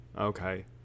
Okay